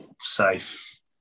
safe